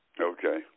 Okay